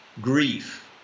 grief